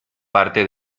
parte